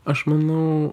aš manau